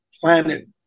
planet